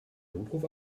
notruf